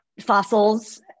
fossils